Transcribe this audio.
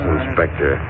Inspector